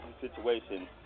situation